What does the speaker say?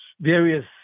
various